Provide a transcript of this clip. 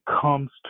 comes